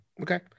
Okay